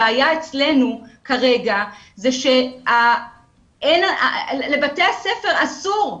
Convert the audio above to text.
הבעיה אצלנו כרגע זה שלבתי הספר אסור,